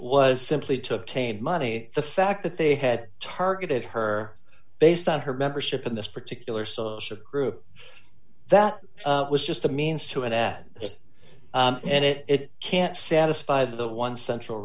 was simply to obtain money the fact that they had targeted her based on her membership in this particular social group that was just a means to an ad and it can't satisfy the one central